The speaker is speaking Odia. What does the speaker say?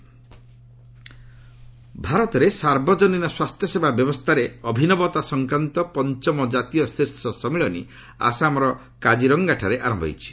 ନ୍ୟାସନାଲ୍ ସମିଟ୍ ଆସାମ ଭାରତରେ ସାର୍ବଜନୀନ ସ୍କାସ୍ଥ୍ୟସେବା ବ୍ୟବସ୍ଥାରେ ଅଭିନବତା ସଂକ୍ରାନ୍ତ ପଞ୍ଚମ କାତୀୟ ଶୀର୍ଷ ସମ୍ମିଳନୀ ଆସାମର କାଜିରଙ୍ଗାଠାରେ ଆରମ୍ଭ ହୋଇଛି